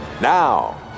Now